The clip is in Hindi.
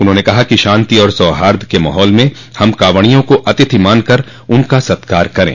उन्होंने कहा कि शांति और सौहार्द के माहौल में हम कॉवड़ियों को अतिथि मानकर उनका सत्कार करें